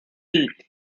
heat